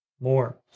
more